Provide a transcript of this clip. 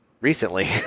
Recently